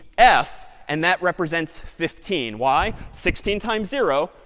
f and that represents fifteen. why? sixteen times zero,